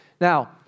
Now